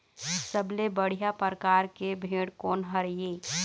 सबले बढ़िया परकार के भेड़ कोन हर ये?